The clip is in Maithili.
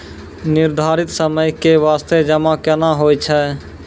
निर्धारित समय के बास्ते जमा केना होय छै?